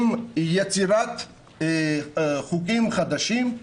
עם יצירת חוקים חדשים.